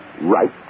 Right